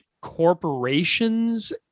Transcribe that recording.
corporations